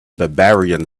barbarian